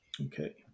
Okay